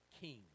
king